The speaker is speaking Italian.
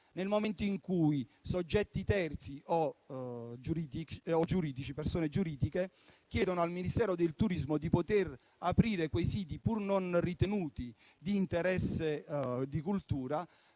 nel momento in cui soggetti terzi o persone giuridiche chiedano al Ministero del turismo di poter aprire siti non ritenuti di interesse culturale